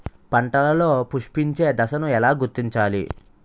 పంటలలో పుష్పించే దశను ఎలా గుర్తించాలి?